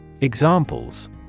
Examples